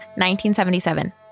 1977